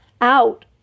out